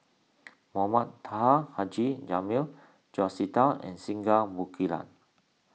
Mohamed Taha Haji Jamil George Sita and Singai Mukilan